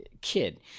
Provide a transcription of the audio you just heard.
kid